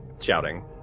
shouting